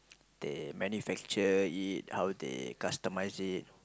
they manufacture it how they customise it